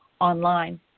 online